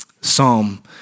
Psalm